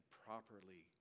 properly